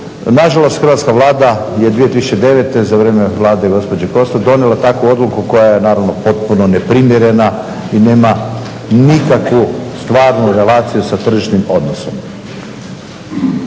Nažalost hrvatska Vlada je 2009. za vrijeme vlade gospođe Kosor donijela takvu odluku koja je potpuno neprimjerena i nema nikakvu stvarnu relaciju sa tržišnim odnosom.